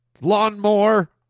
Lawnmower